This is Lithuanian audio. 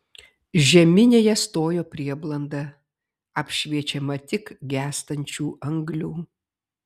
žeminėje stojo prieblanda apšviečiama tik gęstančių anglių